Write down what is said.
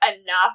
enough